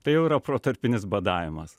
tai jau yra protarpinis badavimas